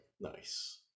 nice